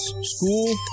school